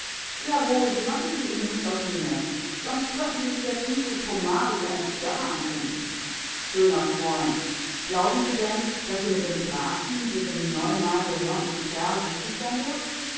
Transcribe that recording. sie machen sich eben nichts aus mir sonst könnten sie sich jetzt nicht so pomadig eine zigarre anzünden schöner freund glauben sie denn daß sie mit dem grafen diesem neunmal gehörnten kerl glücklich sein wird